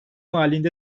halinde